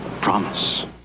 promise